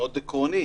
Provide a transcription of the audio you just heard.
מאוד עקרוני,